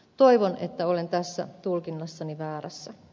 toivon että olen tässä tulkinnassani väärässä